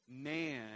man